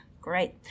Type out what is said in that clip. Great